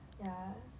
ya